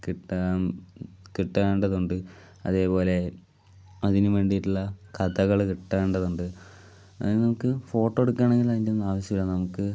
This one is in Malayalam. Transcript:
കിട്ടാൻ കിട്ടേണ്ടതുണ്ട് അതേപോലെ അതിന് വേണ്ടിയിട്ടുള്ള കഥകൾ കിട്ടേണ്ടതുണ്ട് അത് നമുക്ക് ഫോട്ടോ എടുക്കുകയാണെങ്കിൽ അതിൻറ്റെയൊന്നും ആവശ്യമില്ല നമുക്ക്